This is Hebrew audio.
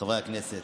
חברי הכנסת,